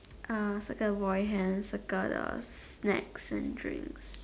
uh circle boy hand circle the snacks and drinks